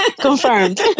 Confirmed